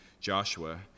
Joshua